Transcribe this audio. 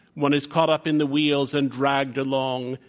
one is caught up in the wheels and dragged along,